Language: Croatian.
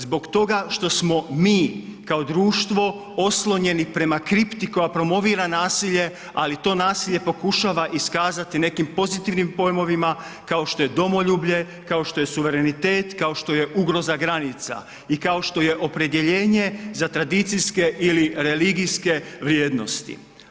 Zbog toga što smo mi kao društvo oslonjeni prema kripti koja promovira nasilje, ali to nasilje pokušava iskazati nekim pozitivnim pojmovima kao što je domoljublje, kao što je suverenitet, kao što je ugroza granica i kao što je opredjeljenje za tradicijske ili religijske vrijednosti.